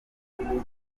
umulisa